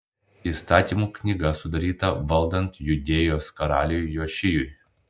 įstatymų knyga sudaryta valdant judėjos karaliui jošijui